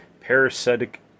parasitic